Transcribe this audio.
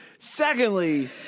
Secondly